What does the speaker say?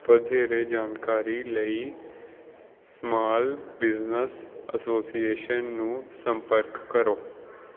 ਵਧੇਰੇ ਜਾਣਕਾਰੀ ਲਈ ਸਮਾਲ ਬਿਜ਼ਨਸ ਐਸੋਸੀਏਸ਼ਨ ਨੂੰ ਸੰਪਰਕ ਕਰੋ